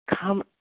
come